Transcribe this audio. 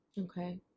Okay